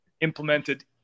implemented